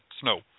snow